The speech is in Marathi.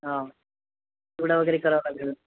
हा चिवडावगैरे करावं लागेल